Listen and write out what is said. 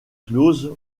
close